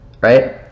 Right